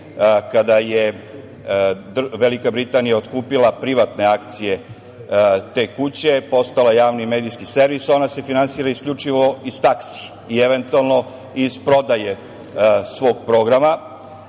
kada je Velika Britanija otkupila privatne akcije te kuće, postao javni medijski servis i finansira se isključivo iz taksi i eventualno iz prodaje svog programa.